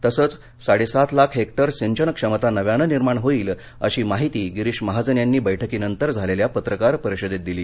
तसंच साडे सात लाख हेक्टर सिंचन क्षमता नव्यानं निर्माण होईल अशी माहिती गिरीष महाजन यांनी बैठकीनंतर झालेल्या पत्रकार परिषदेत दिली